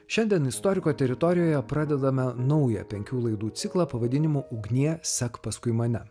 šiandien istoriko teritorijoje pradedame naują penkių laidų ciklą pavadinimu ugnie sek paskui mane